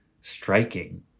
striking